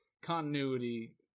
Continuity